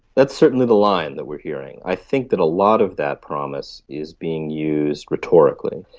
that's certainly the line that we're hearing. i think that a lot of that promise is being used rhetorically.